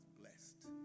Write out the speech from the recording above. blessed